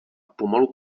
pomalu